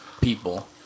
people